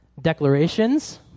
declarations